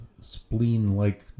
spleen-like